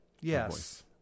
Yes